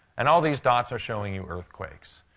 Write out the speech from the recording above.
and all these dots are showing you earthquakes.